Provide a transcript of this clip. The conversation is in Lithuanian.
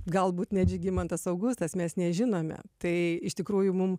galbūt net žygimantas augustas mes nežinome tai iš tikrųjų mum